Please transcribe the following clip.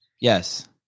yes